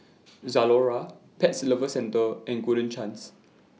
Zalora Pet Lovers Centre and Golden Chance